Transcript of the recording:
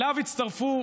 אליו הצטרפו,